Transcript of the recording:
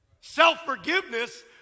Self-forgiveness